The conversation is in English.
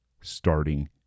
starting